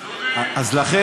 לכן,